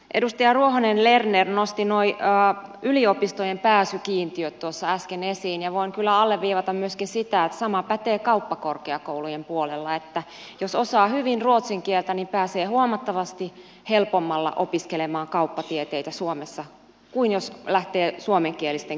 edustaja ruohonen lerner nosti nuo yliopistojen pääsykiintiöt äsken esiin ja voin kyllä alleviivata myöskin sitä että sama pätee kauppakorkeakoulujen puolella että jos osaa hyvin ruotsin kieltä niin pääsee huomattavasti helpommalla opiskelemaan kauppatieteitä suomessa kuin jos lähtee suomenkielisten kiintiöstä